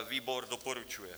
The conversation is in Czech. Výbor doporučuje.